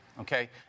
okay